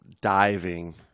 diving